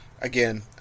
again